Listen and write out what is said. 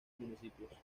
municipios